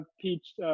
peach